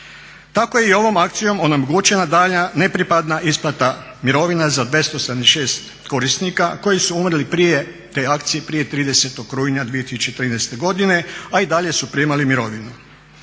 Tako je i ovom akcijom onemogućena daljnja nepripadna isplata mirovina za 276 korisnika koji su umrli prije te akcije prije 30. rujna 2013. godine, a i dalje su primali mirovinu.